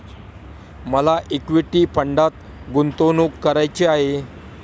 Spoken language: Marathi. मला इक्विटी फंडात गुंतवणूक करायची आहे